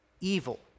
evil